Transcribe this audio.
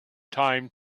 time